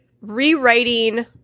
rewriting